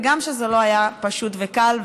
וגם כשזה לא היה פשוט וקל,